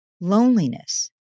Loneliness